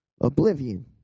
oblivion